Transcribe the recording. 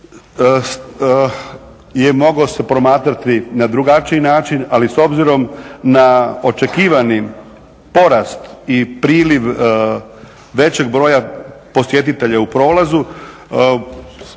je mogao se promatrati na drugačiji način, ali obzirom na očekivani porast i priliv većeg broja posjetitelja u prolazu